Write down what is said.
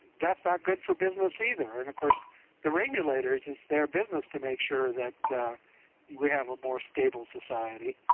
that's not good for business either, and of course the regulators, and it's their business to make sure that we have a more stable society,